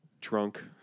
drunk